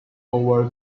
over